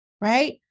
right